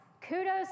Kudos